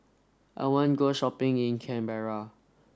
I want go shopping in Canberra